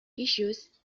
issues